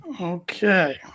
Okay